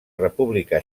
república